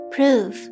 Proof